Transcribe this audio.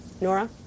Nora